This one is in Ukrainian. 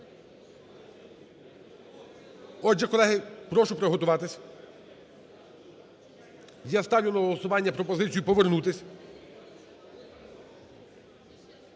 Отже, колеги, прошу приготуватися. Я ставлю на голосування пропозицію повернутися.